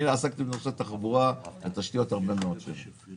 אני עסקתי בנושא תחבורה ותשתיות במשך הרבה מאוד שנים.